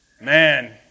man